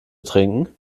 trinken